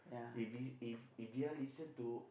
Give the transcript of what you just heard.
if it's if if they're listen to